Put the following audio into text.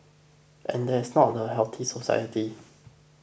and that's not the healthy society